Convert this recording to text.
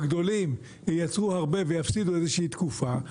הגדולים ייצרו הרבה ויפסידו איזושהי תקופה,